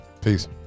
Peace